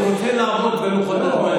הוא רוצה לעמוד בלוחות הזמנים.